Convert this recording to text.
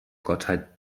gottheit